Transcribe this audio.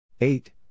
eight